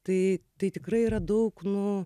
tai tai tikrai yra daug nu